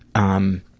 um